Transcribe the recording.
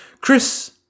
Chris